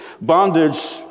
bondage